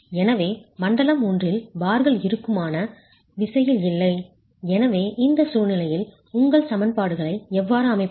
எனவே மண்டலம் ஒன்றில் பார்கள் இறுக்கமான விசையில் இல்லை எனவே இந்த சூழ்நிலையில் உங்கள் சமன்பாடுகளை எவ்வாறு அமைப்பது